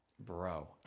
Bro